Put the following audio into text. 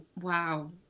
wow